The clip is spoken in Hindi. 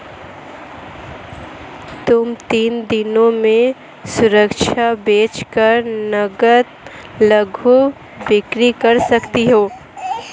तुम तीन दिनों में सुरक्षा बेच कर नग्न लघु बिक्री कर सकती हो